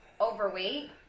overweight